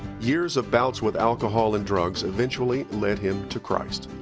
years of bouts with alcohol and drugs eventually led him to christ.